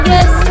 Yes